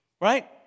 right